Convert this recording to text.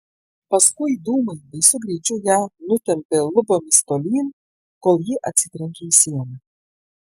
paskui dūmai baisiu greičiu ją nutempė lubomis tolyn kol ji atsitrenkė į sieną